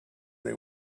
they